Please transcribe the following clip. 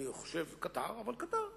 אני חושב שזה קטר, אבל קטר קטן,